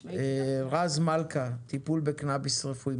רז מלכה, טיפול בקנביס רפואי.